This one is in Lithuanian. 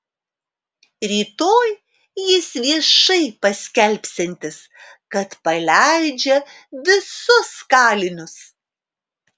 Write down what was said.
rytoj jis viešai paskelbsiantis kad paleidžia visus kalinius